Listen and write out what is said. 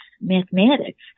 mathematics